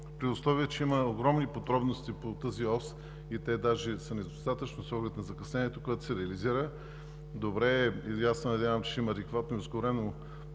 При условие че има огромни подробности по тази ос, те даже са недостатъчни с оглед на закъснението, което се реализира, добре е и аз се надявам, че ще има адекватно и ускорено